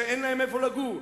שאין להן איפה לגור.